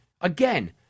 Again